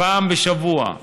פעם בשבוע,